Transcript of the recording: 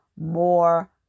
more